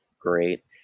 great